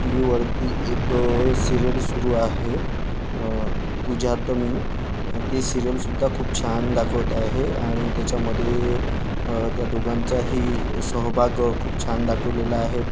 T व्हीवरती एक serial सुरू आहे तुझ्यात मी ती सिरियलसुद्धा खूप छान दाखवत आहे आणि त्याच्यामध्ये त्या दोघांचाही सहभाग खूप छान दाखवलेला आहे